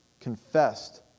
confessed